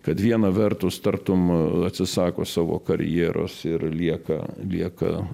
kad viena vertus tartum atsisako savo karjeros ir lieka lieka